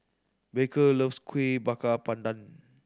Baker loves Kueh Bakar Pandan